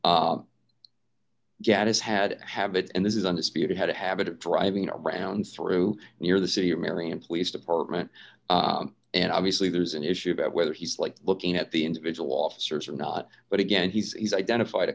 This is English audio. his head have it and this is undisputed had a habit of driving around through near the city of marion police department and obviously there's an issue about whether he's like looking at the individual officers or not but again he's identified a